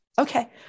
okay